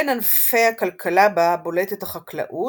בין ענפי הכלכלה בה בולטת החקלאות,